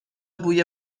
بوی